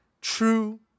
true